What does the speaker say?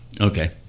Okay